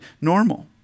normal